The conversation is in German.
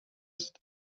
ist